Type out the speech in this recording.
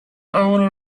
owner